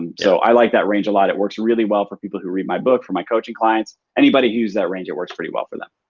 and so i like that range a lot. it works really well for people who read my book. for my coaching clients. anybody who uses that range it works pretty well for them.